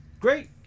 Great